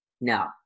No